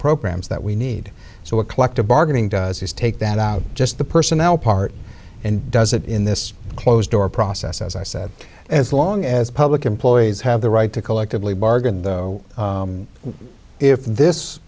programs that we need so a collective bargaining does is take that out just the personnel part and does it in this closed door process as i said as long as public employees have the right to collectively bargain though if this